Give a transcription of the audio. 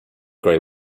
grey